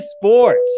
Sports